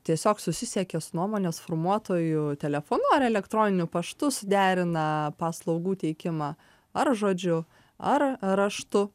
tiesiog susisiekia su nuomonės formuotoju telefonu ar elektroniniu paštu suderina paslaugų teikimą ar žodžiu ar raštu